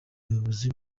bayobozi